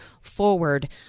forward